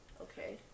Okay